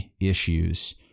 issues